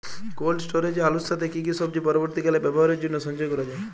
Cold স্টোরেজে আলুর সাথে কি কি সবজি পরবর্তীকালে ব্যবহারের জন্য সঞ্চয় করা যায়?